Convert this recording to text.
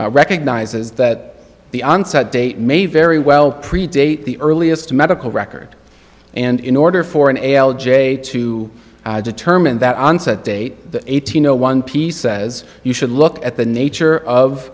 recognizes that the onset date may very well predate the earliest medical record and in order for an ale j to determine that onset date eighteen zero one piece says you should look at the nature of